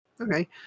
okay